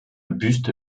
buste